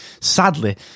sadly